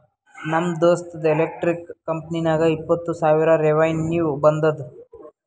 ನಮ್ ದೋಸ್ತ್ದು ಎಲೆಕ್ಟ್ರಿಕ್ ಕಂಪನಿಗ ಇಪ್ಪತ್ತ್ ಸಾವಿರ ರೆವೆನ್ಯೂ ಬಂದುದ